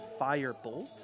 Firebolt